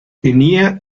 tenía